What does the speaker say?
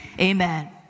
Amen